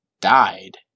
died